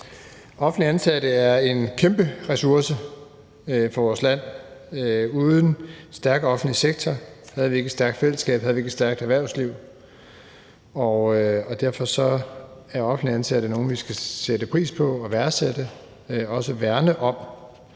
Offentligt ansatte er en kæmpe ressource for vores land. Uden en stærk offentlig sektor havde vi ikke et stærkt fællesskab og et stærkt erhvervsliv. Derfor er offentligt ansatte nogle, vi skal sætte pris på og værdsætte og også værne om.